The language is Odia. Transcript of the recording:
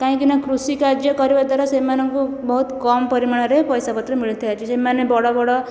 କାହିଁକିନା କୃଷି କାର୍ଯ୍ୟ କରିବା ଦ୍ୱାରା ସେମାନଙ୍କୁ ବହୁତ କମ ପରିମାଣରେ ପଇସା ପତ୍ର ମିଳିଥାଏ ତ ସେମାନେ ବଡ଼ ବଡ଼